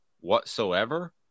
whatsoever